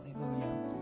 Hallelujah